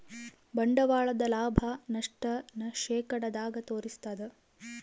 ಬಂಡವಾಳದ ಲಾಭ, ನಷ್ಟ ನ ಶೇಕಡದಾಗ ತೋರಿಸ್ತಾದ